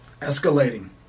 escalating